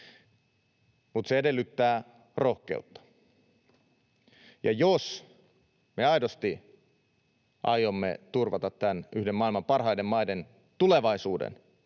mutta se edellyttää rohkeutta. Ja jos me aidosti aiomme turvata tämän yhden maailman parhaista maista tulevaisuuden,